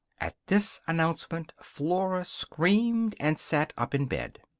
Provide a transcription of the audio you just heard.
at this announcement flora screamed and sat up in bed.